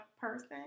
person